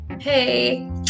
Hey